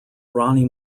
ronnie